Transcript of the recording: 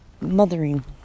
mothering